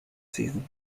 season